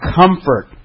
comfort